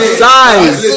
size